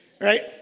right